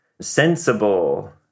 sensible